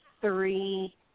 three